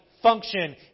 function